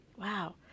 Wow